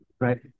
right